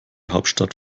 hauptstadt